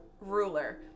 ruler